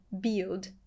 build